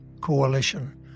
coalition